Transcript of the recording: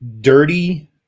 dirty